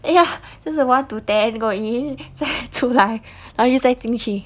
哎呀就是 one to ten go in 再出来然后又再进去